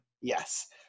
yes